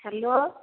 hello